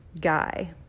Guy